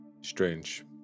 strange